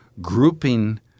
grouping